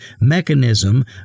mechanism